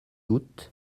août